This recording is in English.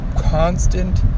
constant